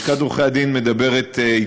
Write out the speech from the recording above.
לשכת עורכי-הדין מדברת,